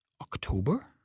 October